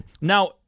Now